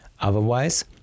Otherwise